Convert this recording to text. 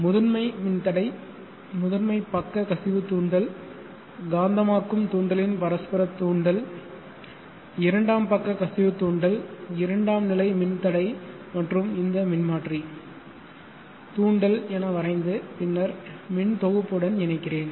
முதன்மை மின் தடை முதன்மை பக்க கசிவு தூண்டல் காந்தமாக்கும் தூண்டலின் பரஸ்பர தூண்டல் இரண்டாம் பக்க கசிவு தூண்டல் இரண்டாம் நிலை மின் தடை மற்றும் இந்த மின்மாற்றி தூண்டல் என வரைந்து பின்னர் மின்தொகுப்புடன் இணைக்கிறேன்